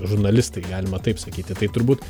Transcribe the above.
žurnalistai galima taip sakyti tai turbūt